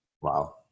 Wow